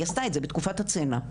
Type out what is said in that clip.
היא עשתה את זה בתקופת הצנע.